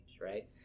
right